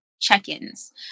check-ins